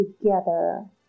together